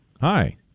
Hi